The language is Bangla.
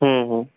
হুম হুম